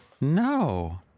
No